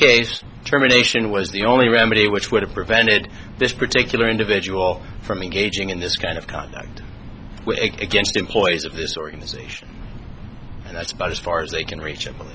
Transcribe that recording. case terminations was the only remedy which would have prevented this particular individual from an aging in this kind of contact with against employees of this organization and that's about as far as they can reach